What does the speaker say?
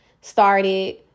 started